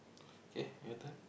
okay your turn